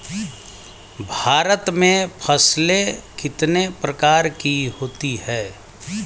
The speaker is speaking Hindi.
भारत में फसलें कितने प्रकार की होती हैं?